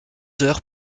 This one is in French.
heures